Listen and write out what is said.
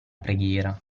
preghiera